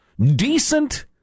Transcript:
decent